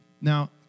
Now